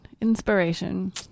inspiration